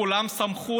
כולם שמחו,